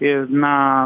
ir na